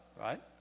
right